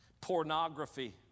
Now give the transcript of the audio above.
Pornography